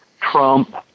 Trump